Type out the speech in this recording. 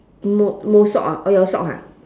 mou mou sock ah oh jau sock ha